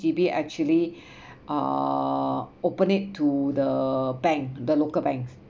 D_B actually uh open it to the bank the local banks